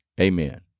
Amen